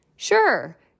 Sure